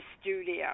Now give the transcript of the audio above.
studio